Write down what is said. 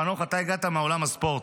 חנוך, אתה הגעת מעולם הספורט.